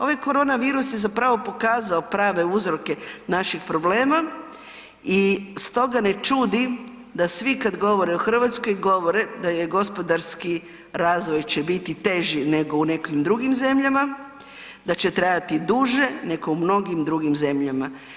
Ovaj korona virus je zapravo pokazao prave uzroke naših problema i stoga ne čudi da svi kada govore o Hrvatskoj govore da je gospodarski razvoj će biti teži nego u nekim drugim zemljama, da će trajati duže nego u mnogim drugim zemljama.